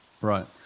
Right